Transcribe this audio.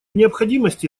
необходимости